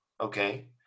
okay